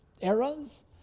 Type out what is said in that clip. eras